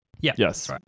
yes